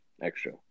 extra